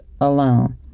alone